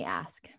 ask